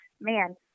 man